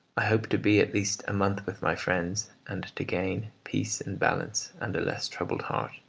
i hope to be at least a month with my friends, and to gain peace and balance, and a less troubled heart,